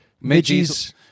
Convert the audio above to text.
Midges